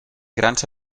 grans